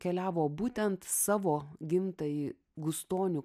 keliavo o būtent savo gimtąjį gustonių